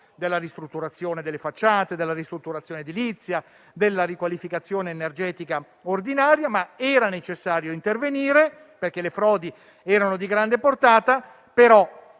dalla ristrutturazione delle facciate a quella edilizia, alla riqualificazione energetica ordinaria. Era necessario intervenire, perché le frodi erano di grande portata, però